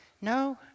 no